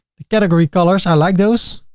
the category colors i like those.